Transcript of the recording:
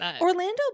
orlando